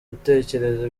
utekereza